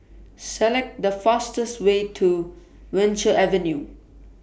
Select The fastest Way to Venture Avenue